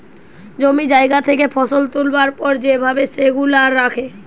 জমি জায়গা থেকে ফসল তুলবার পর যে ভাবে সেগুলা রাখে